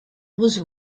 was